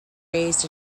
raised